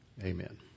Amen